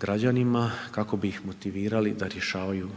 građanima kako bi ih motivirali da rješavaju